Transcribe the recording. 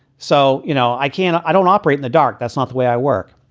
so, you know, i can't. i don't operate in the dark. that's not the way i work.